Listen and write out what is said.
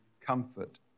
comfort